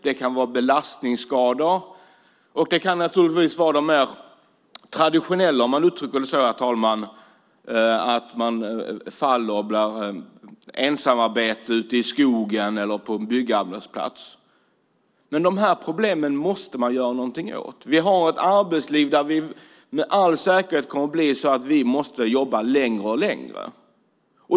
Det kan vara belastningsskador. Det kan naturligtvis också vara de mer traditionella olyckorna - om man uttrycker det så, herr talman - som att man faller vid ensamarbete ute i skogen eller på en byggarbetsplats. Dessa problem måste man göra någonting åt. Vi har ett arbetsliv där det med all säkerhet kommer att bli så att vi måste jobba allt längre.